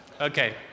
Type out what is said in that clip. Okay